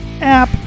app